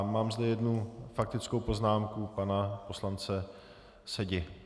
Mám zde jednu faktickou poznámku, a to pana poslance Sedi.